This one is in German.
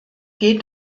geht